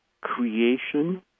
creation